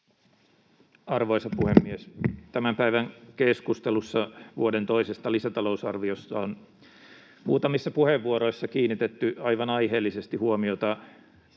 Arvoisa puhemies! Tämän päivän keskustelussa vuoden toisesta lisätalousarviosta on muutamissa puheenvuoroissa kiinnitetty aivan aiheellisesti huomiota